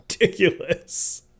Ridiculous